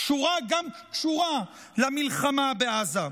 קשורה גם קשורה למלחמה בעזה.